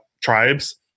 Tribes